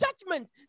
judgment